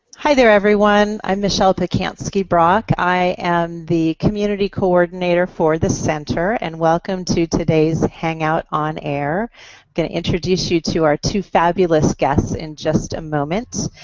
hi there, everyone. i'm michelle pacansky-brock. i am the community coordinator for the center. and welcome to today's hangout on air. i'm going to introduce you to our two fabulous guests in just a moment.